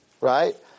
right